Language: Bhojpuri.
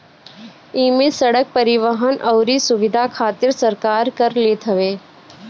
इमे सड़क, परिवहन अउरी सुविधा खातिर सरकार कर लेत हवे